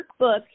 workbook